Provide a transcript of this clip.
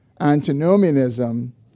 antinomianism